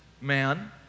man